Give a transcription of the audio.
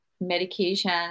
medication